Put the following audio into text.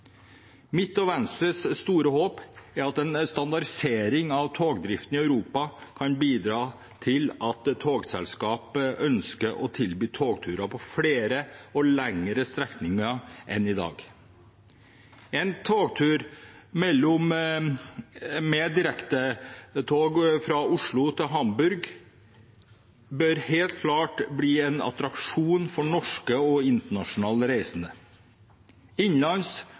Mitt og Venstres store håp er at en standardisering av togdriften i Europa kan bidra til at togselskap ønsker å tilby togturer på flere og lengre strekninger enn i dag. En togtur med direktetog fra Oslo til Hamburg bør helt klart bli en attraksjon for norske og internasjonale reisende.